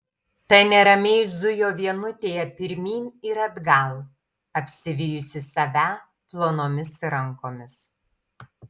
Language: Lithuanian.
ta neramiai zujo vienutėje pirmyn ir atgal apsivijusi save plonomis rankomis